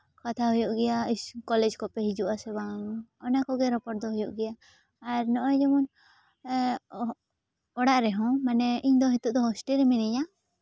ᱠᱟᱛᱷᱟ ᱦᱩᱭᱩᱜ ᱜᱮᱭᱟ ᱠᱚᱞᱮᱡᱽ ᱠᱚᱯᱮ ᱦᱤᱡᱩᱜᱼᱟ ᱥᱮ ᱵᱟᱝ ᱚᱱᱟ ᱠᱚᱜᱮ ᱨᱚᱯᱚᱲ ᱫᱚ ᱦᱩᱭᱩᱜ ᱜᱮᱭᱟ ᱟᱨ ᱱᱚᱜᱼᱚᱭ ᱡᱮᱢᱚᱱ ᱚᱲᱟᱜ ᱨᱮᱦᱚᱸ ᱢᱟᱱᱮ ᱤᱧ ᱫᱚ ᱱᱤᱛᱚᱜ ᱫᱚ ᱦᱳᱥᱴᱮᱞ ᱨᱮ ᱢᱤᱱᱟᱹᱧᱟ